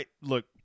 Look